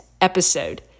episode